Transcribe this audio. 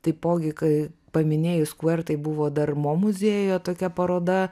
taipogi kai paminėjus kuer tai buvo dar mo muziejuje tokia paroda